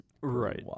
Right